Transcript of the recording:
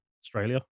Australia